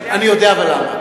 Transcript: אבל אני יודע למה.